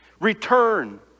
return